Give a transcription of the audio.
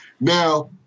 Now